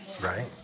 Right